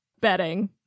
betting